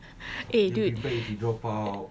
eh dude